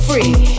Free